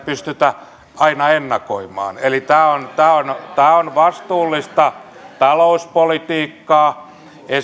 pystytä aina ennakoimaan eli tämä on on vastuullista talouspolitiikkaa